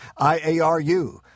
IARU